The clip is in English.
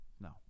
No